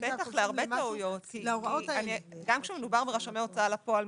גם כשמדובר ברשמי הוצאה לפועל,